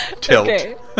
Tilt